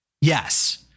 Yes